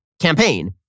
campaign